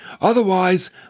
Otherwise